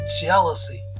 jealousy